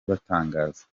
batangaza